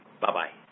Bye-bye